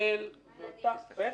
הראל ועדי.